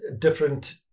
different